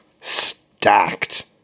stacked